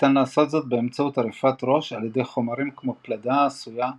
ניתן לעשות זאת באמצעות עריפת ראש על ידי חומרים כמו פלדה עשויה משמש,